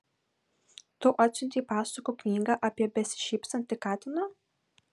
tu atsiuntei pasakų knygą apie besišypsantį katiną